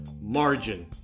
margin